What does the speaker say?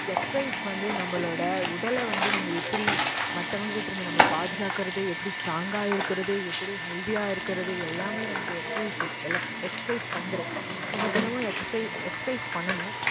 exercise வந்து நம்மளோட உடலை வந்து நம்ம எப்படி மற்றவங்ககிட்ருந்து நம்மள பாதுகாக்கிறது எப்படி ஸ்ட்ராங்காக இருக்கிறது எப்படி ஹெல்தியாக இருக்கிறது எல்லாமே நமக்கு எக்ஸைஸ் வில் எலக்ஸ் எக்ஸைஸ் தந்துடும் நம்ம தினமும் எக்ஸைஸ் எக்ஸைஸ் பண்ணணும்